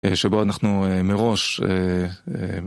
אה, שבו אנחנו אה, מראש, אה אה..